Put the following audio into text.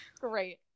Great